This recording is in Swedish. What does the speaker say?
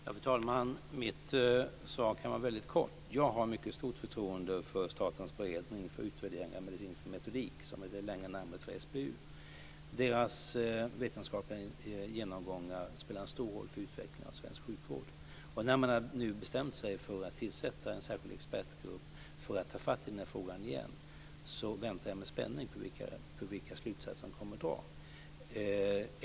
Fru talman! Mitt svar kan vara väldigt kort. Jag har mycket stort förtroende för Statens beredning för utvärdering av medicinsk metodik, som är det längre namnet för SBU. Deras vetenskapliga genomgångar spelar en stor roll för utvecklingen av svensk sjukvård. När man nu har bestämt sig för att tillsätta en särskild expertgrupp för att ta fatt i denna fråga igen väntar jag med spänning på vilka slutsatser man kommer att dra.